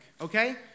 okay